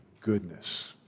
goodness